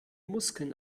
muskeln